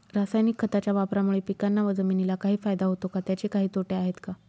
रासायनिक खताच्या वापरामुळे पिकांना व जमिनीला काही फायदा होतो का? त्याचे काही तोटे आहेत का?